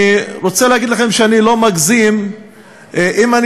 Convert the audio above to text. אני רוצה להגיד לכם שאני לא מגזים אם אני